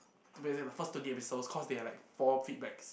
to be exact the first twenty episodes cause they are like four feedbacks